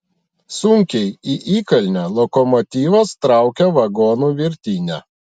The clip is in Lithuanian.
sunkiai į įkalnę lokomotyvas traukia vagonų virtinę